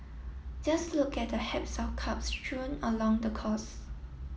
just look at the haps of cups strewn along the course